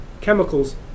chemicals